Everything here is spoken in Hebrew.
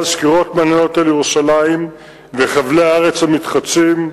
סקירות מעניינות על ירושלים וחבלי הארץ המתחדשים,